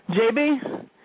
JB